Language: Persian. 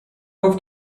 گفت